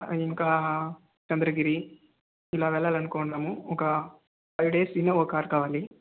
ఇంకా చంద్రగిరి ఇలా వెళ్ళాలి అనుకుంటున్నాము ఒక ఫైవ్ డేస్ ఇన్నోవా కారు కావాలి